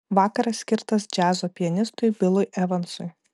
vakaras skirtas džiazo pianistui bilui evansui